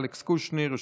אנחנו